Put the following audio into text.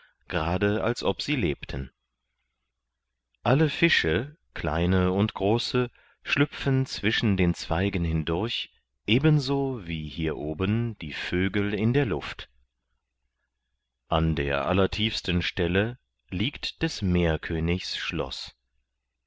gerade als ob sie lebten alle fische kleine und große schlüpfen zwischen den zweigen hindurch ebenso wie hier oben die vögel in der luft an der allertiefsten stelle liegt des meerkönigs schloß